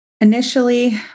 Initially